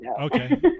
Okay